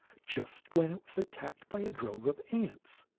just when it was attacked by a drove of ants.